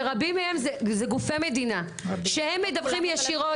שרבים מהם זה גופי מדינה, שהם מדווחים ישירות.